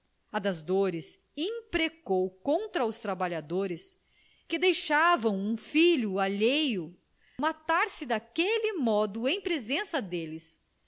a das dores imprecou contra os trabalhadores que deixavam um filho alheio matar-se daquele modo em presença deles